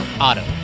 Auto